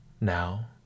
Now